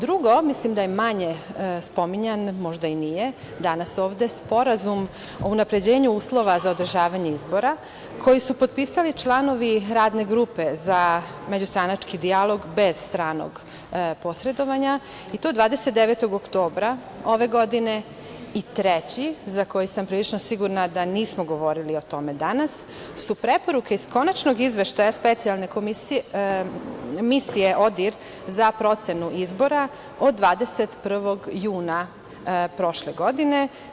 Drugo, mislim da je manje spominjan danas ovde, možda i nije, Sporazum o unapređenju uslova za održavanje izbora, koji su potpisali članovi Radne grupe za međustranački dijalog bez stranog posredovanja, i to 29. oktobra ove godine i treći, za koji sam prilično sigurna da nismo govorili o tome danas, su preporuke iz konačnog izveštaja Specijalne komisije Misije ODIR za procenu izbora, od 21. juna prošle godine.